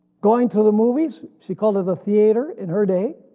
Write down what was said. going to the movies, she called it a theater in her day,